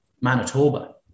manitoba